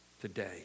today